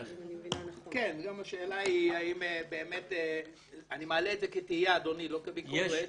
אני מעלה את זה כתהייה, לא כביקורת.